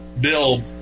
bill